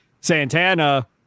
Santana